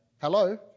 Hello